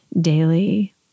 daily